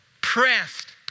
pressed